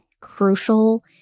crucial